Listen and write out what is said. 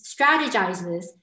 strategizes